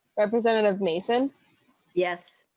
representative mason yes